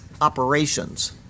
operations